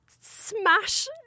smash